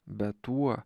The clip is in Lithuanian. bet tuo